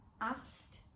asked